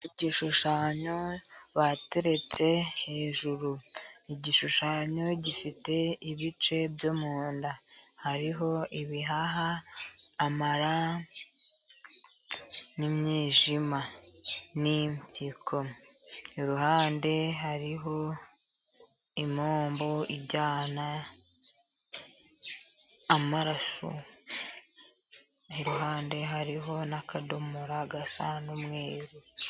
Igishushanyo bateretse hejuru, igishushanyo gifite ibice byo mu nda hariho: ibihaha, amara, n'umwijima, n'impyiko. Iruhande hariho impombo ijyana amaraso, iruhande hariho n'akadomora gasa n'umweru.